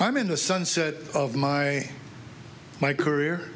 i'm in the sunset of my my career